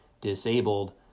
disabled